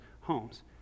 homes